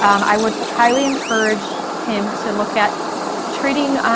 i would highly encourage him to look at treating,